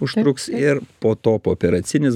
užtruks ir po to pooperacinis